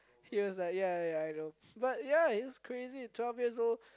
he was like yea yea yea I know but yea it's crazy twelve years old